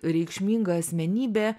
reikšminga asmenybė